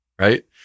right